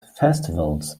festivals